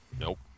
Nope